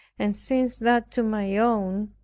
and since that to my own,